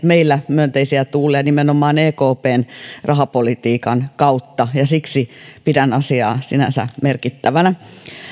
meillä myönteisiä tuulia nimenomaan ekpn rahapolitiikan kautta ja siksi pidän asiaa sinänsä merkittävänä